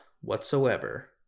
whatsoever